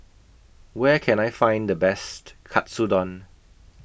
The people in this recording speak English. Where Can I Find The Best Katsudon